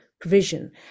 provision